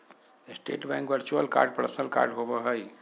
state bank virtual card personal card होबो हइ